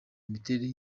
imiterere